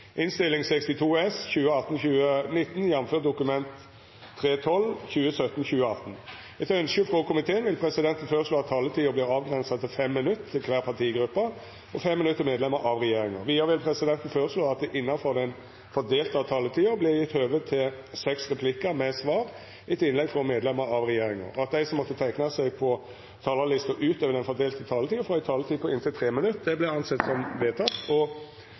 regjeringa. Vidare vil presidenten føreslå at det – innanfor den fordelte taletida – vert gjeve høve til inntil seks replikkar med svar etter innlegg frå medlemer av regjeringa, og at dei som måtte teikna seg på talarlista utover den fordelte taletida, får ei taletid på inntil 3 minutt. – Det er vedteke. Den globale handel foretatt av internasjonale selskaper har aktualisert utfordringer med at overskudd flyttes ut av Norge som